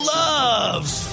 loves